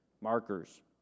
markers